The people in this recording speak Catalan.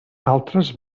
altres